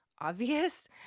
obvious